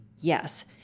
Yes